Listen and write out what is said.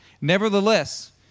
Nevertheless